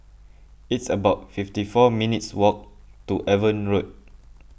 it's about fifty four minutes' walk to Avon Road